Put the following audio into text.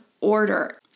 order